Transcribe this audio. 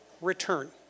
return